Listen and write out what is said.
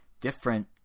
different